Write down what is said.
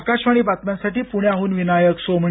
आकाशवाणी बात्मांसाठी पुण्याहून विनायक सोमणी